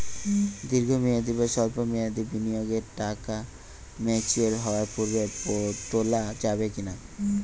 দীর্ঘ মেয়াদি বা সল্প মেয়াদি বিনিয়োগের টাকা ম্যাচিওর হওয়ার পূর্বে তোলা যাবে কি না?